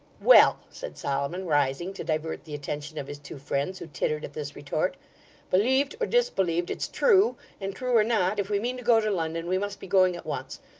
well! said solomon, rising, to divert the attention of his two friends, who tittered at this retort believed or disbelieved, it's true and true or not, if we mean to go to london, we must be going at once.